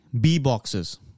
B-boxes